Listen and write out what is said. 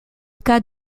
cas